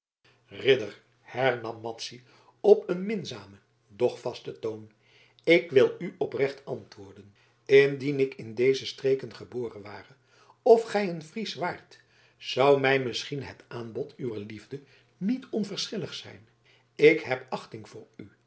ridder hernam madzy op een minzamen doch vasten toon ik wil u oprecht antwoorden indien ik in deze streken geboren ware of gij een fries waart zou mij misschien het aanbod uwer liefde niet onverschillig zijn ik heb achting voor